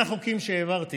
בין החוקים שהעברתי